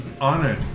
honored